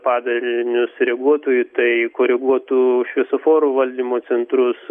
padarinius reaguotų į tai koreguotų šviesoforų valdymo centrus